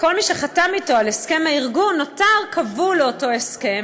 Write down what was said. כל מי שחתם אתו על הסכם הארגון נותר כבול לאותו הסכם,